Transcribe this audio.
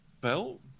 belt